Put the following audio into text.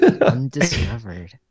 undiscovered